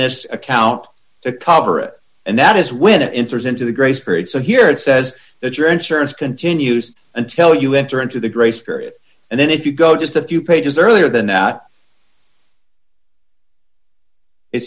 this account to cover it and that is when it enters into the grace period so here it says that your insurance continues until you enter into the grace period and then if you go just a few pages earlier than that it